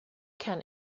can